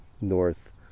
north